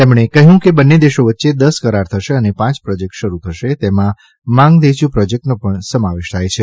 તેમણે કહ્યું કે બંને દેશો વચ્ચે દસ કરાર થશે અને પાંચ પ્રોજેક્ટ શરૂ થશે તેમાં માંગદેયુ પ્રોજેક્ટનો પણ સમાવેશ થાય છે